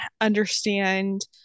understand